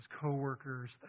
co-workers